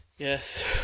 Yes